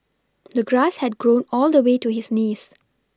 the grass had grown all the way to his knees